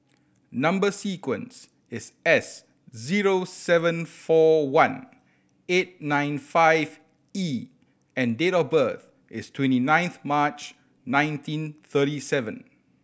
number sequence is S zero seven four one eight nine five E and date of birth is twenty ninth March nineteen thirty seven